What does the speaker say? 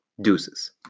Deuces